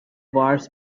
wars